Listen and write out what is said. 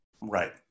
Right